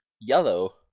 Yellow